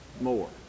more